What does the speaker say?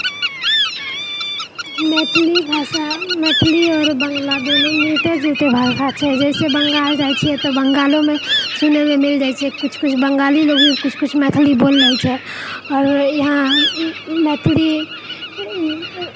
मैथिली भाषा मैथिलि आओर बाङ्गला दुनू मिलते जुलते भाषा छै जैसे बंगाल जाइ छिऐ तऽ बंगालोमे सुनै लऽ मिलि जाइ छै किछु किछु बंगाली लोग भी किछु किछु मैथिली बोलि लए छै आओर इहाँ मैथिली